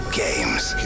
games